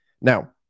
Now